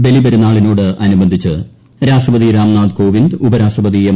ബലിപ്പെരുന്നാളിനോടനുബന്ധിച്ച് രാഷ്ട്രപതി രാം നാഥ് കോവിന്ദ് ഉപരാഷ്ട്രപതി എം